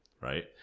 right